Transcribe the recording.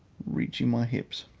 reaching my hips.